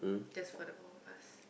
just for the both of us